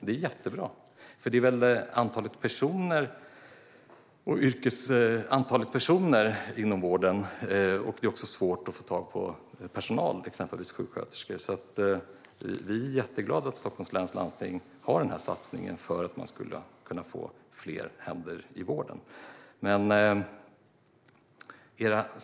Det är jättebra, för det är väl antalet personer inom vården som är viktigt, och det är svårt att få tag på personal, exempelvis sjuksköterskor. Vi är jätteglada att Stockholms läns landsting har den här satsningen för att man ska kunna få fler händer i vården.